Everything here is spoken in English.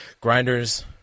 grinders